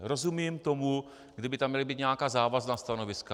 Rozumím tomu, kdyby tam měla být nějaká závazná stanoviska.